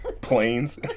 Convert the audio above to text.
Planes